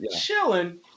chilling